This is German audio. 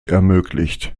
ermöglicht